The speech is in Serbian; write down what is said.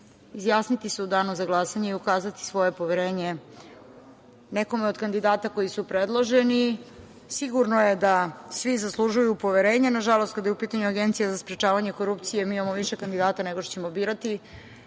izjasniti se u danu za glasanje i ukazati svoje poverenje nekome od kandidata koji su predloženi. Sigurno je da svi zaslužuju poverenje. Nažalost, kada je u pitanju Agencija za sprečavanje korupcije, mi imamo više kandidata nego što ćemo birati.